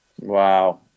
Wow